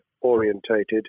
orientated